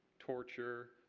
torture,